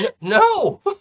No